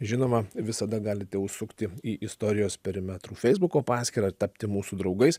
žinoma visada galite užsukti į istorijos perimetrų feisbuko paskyrą ir tapti mūsų draugais